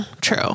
True